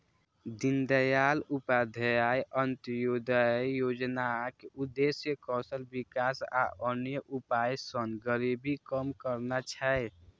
दीनदयाल उपाध्याय अंत्योदय योजनाक उद्देश्य कौशल विकास आ अन्य उपाय सं गरीबी कम करना छै